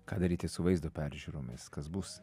ką daryti su vaizdo peržiūromis kas bus